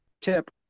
tip